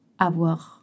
avoir